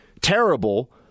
terrible